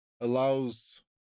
allows